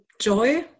joy